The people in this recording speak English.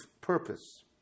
purpose